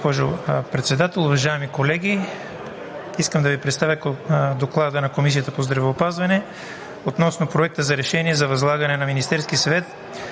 госпожо Председател, уважаеми колеги! Искам да Ви представя „ДОКЛАД на Комисията по здравеопазване относно Проект на решение за възлагане на Министерския съвет